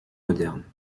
moderne